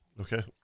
Okay